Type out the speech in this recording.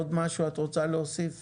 עוד משהו את רוצה להוסיף?